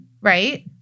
right